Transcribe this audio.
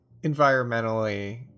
environmentally